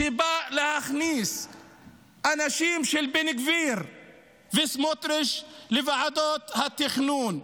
שבא להכניס אנשים של בן גביר וסמוטריץ' לוועדות התכנון.